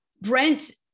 Brent